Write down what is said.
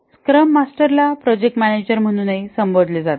scrum मास्टरला project manager म्हणूनही संबोधले जाते